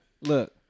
look